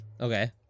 Okay